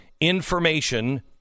information